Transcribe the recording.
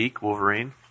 Wolverine